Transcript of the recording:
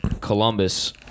Columbus